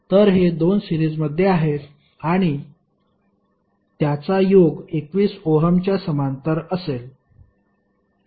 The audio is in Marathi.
तर हे 2 सिरीजमध्ये आहेत आणि त्याचा योग 21 ओहमच्या समांतर असेल